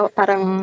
parang